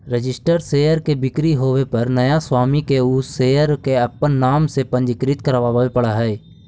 registered share के बिक्री होवे पर नया स्वामी के उ शेयर के अपन नाम से पंजीकृत करवावे पड़ऽ हइ